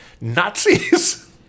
Nazis